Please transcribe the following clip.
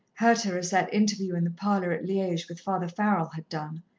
hurt her as that interview in the parlour at liege with father farrell had done,